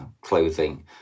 clothing